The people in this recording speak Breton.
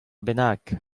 bennak